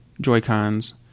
Joy-Cons